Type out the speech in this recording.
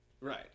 Right